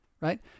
right